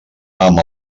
amb